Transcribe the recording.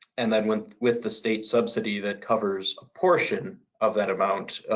and then, with the state subsidy that covers a portion of that amount,